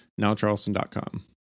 nowcharleston.com